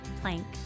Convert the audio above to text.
Plank